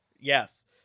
Yes